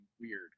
weird